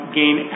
gain